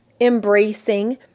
embracing